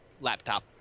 laptop